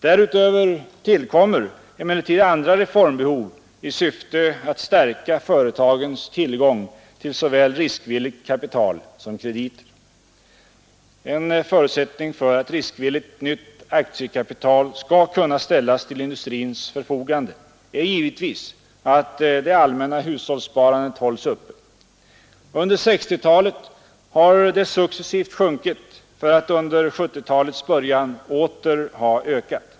Därtill kommer emellertid andra reformbehov i syfte att stärka företagens tillgång till såväl riskvilligt kapital som krediter. En förutsättning för att riskvilligt nytt aktiekapital skall kunna ställas till industrins förfogande är givetvis att det allmänna hushållssparandet hålls uppe. Under 1960-talet har det successivt sjunkit för att under 1970-talets början åter öka.